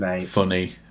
funny